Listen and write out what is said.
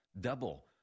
Double